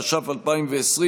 התש"ף 2020,